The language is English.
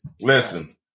listen